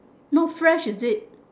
not fresh is it